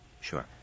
sure